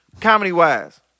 Comedy-wise